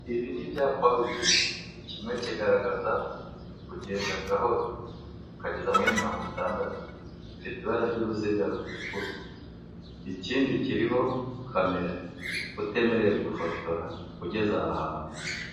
Ibi ni ibyapa bibiri kimwe kigaragaza kugenda gahoro ukageza muri mirongo itandatu bifite ibara ry'uruziga rutukura, ikindi kiriho kamera utemerewe gufotora ugeze aha hantu.